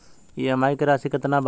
EMI की राशि केतना बा हमर?